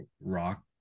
rock